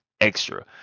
extra